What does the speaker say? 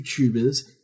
YouTubers